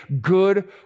good